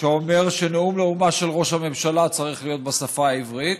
שאומר שנאום לאומה של ראש הממשלה צריך להיות בשפה העברית,